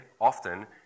often